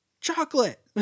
chocolate